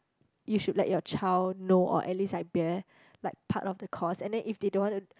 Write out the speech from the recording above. you should let your child know or at least like bear like part of the cost and then if they don't want to